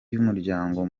y’umuryango